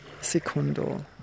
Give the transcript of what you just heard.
Secondo